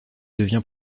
devient